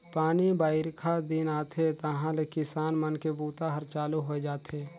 पानी बाईरखा दिन आथे तहाँले किसान मन के बूता हर चालू होए जाथे